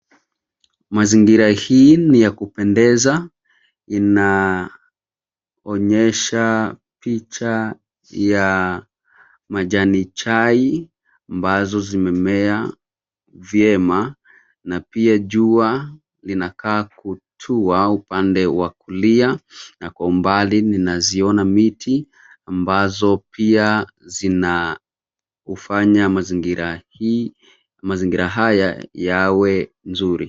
Mazingira hii ni ya kupendeza, ina, onyesha, picha, ya, majani chai, ambazo zimemea, vyema, na pia jua, linakaa kutua upande wa kulia, na kwa umbali ninaziona miti, ambazo pia, zina, ufanya mazingira hii, mazingira haya, yawe nzuri.